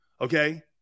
okay